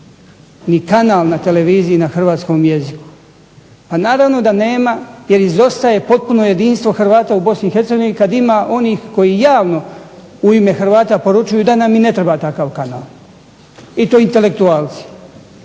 ni kanal na televiziji na hrvatskom jeziku. Pa naravno da nema jer izostaje potpuno jedinstvo Hrvata u Bosni i Hercegovini kad ima onih koji javno u ime Hrvata poručuju da nam i ne treba takav kanal i to intelektualci,